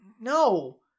no